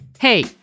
Hey